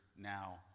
now